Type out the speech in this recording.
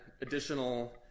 additional